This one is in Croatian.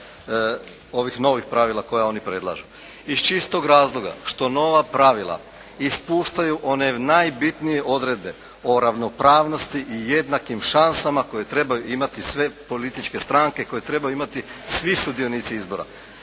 ovih novih pravila koja oni predlažu. Iz čistog razloga što nova pravila ispuštaju one najbitnije odredbe o ravnopravnosti i jednakim šansama koje trebaju imati sve političke stranke, koje trebaju imati svi sudionici izbora.